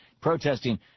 protesting